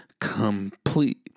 complete